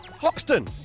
Hoxton